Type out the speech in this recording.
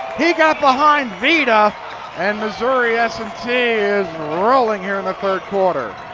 he got behind vedaa and missouri s and t is rolling here in the third quarter.